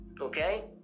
okay